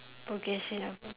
progression